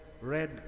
red